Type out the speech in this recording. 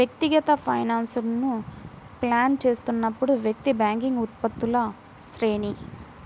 వ్యక్తిగత ఫైనాన్స్లను ప్లాన్ చేస్తున్నప్పుడు, వ్యక్తి బ్యాంకింగ్ ఉత్పత్తుల శ్రేణి